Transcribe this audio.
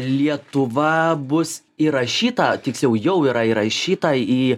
lietuva bus įrašyta tiksliau jau yra įrašyta į